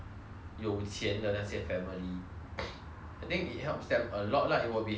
I think it helps them a lot lah it will be very helpful for them all the payouts and all the